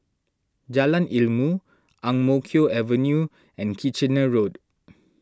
Jalan Ilmu Ang Mo Kio Avenue and Kitchener Road